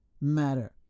matter